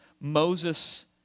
Moses